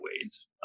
ways